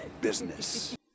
business